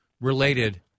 related